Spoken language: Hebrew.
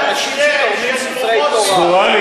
לאנשים שתורמים ספרי תורה.